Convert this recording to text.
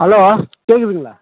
hello கேட்குதுங்களா